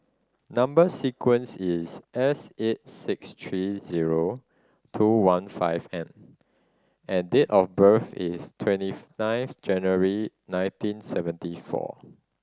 number sequence is S eight six three zero two one five N and date of birth is twenty nine January nineteen seventy four